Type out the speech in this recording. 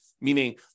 meaning